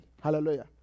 Hallelujah